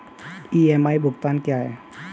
EMI भुगतान क्या है?